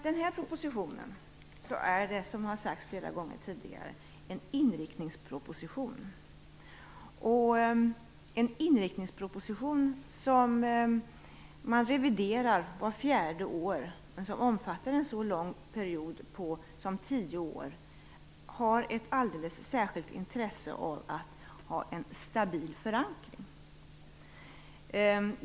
Den här propositionen är en inriktningsproposition, som har sagts flera gånger tidigare. En inriktningsproposition som man reviderar vart fjärde år och som omfattar en så lång period som tio år har ett alldeles särskilt intresse av att ha en stabil förankring.